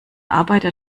arbeiter